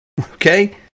Okay